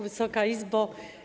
Wysoka Izbo!